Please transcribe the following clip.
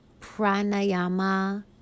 pranayama